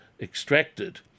extracted